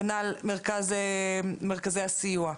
כנ"ל מרכזי הסיוע.